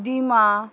Dima